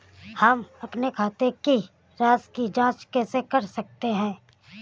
हम अपने खाते की राशि की जाँच कैसे कर सकते हैं?